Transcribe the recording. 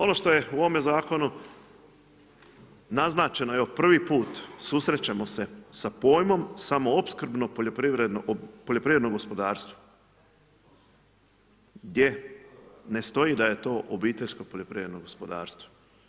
Ono što je u ovome zakonu naznačeno evo prvi put susrećemo se sa pojmom samoopskrbno poljoprivredno gospodarstvo gdje ne stoji da je to obiteljsko poljoprivredno gospodarstvo.